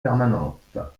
permanente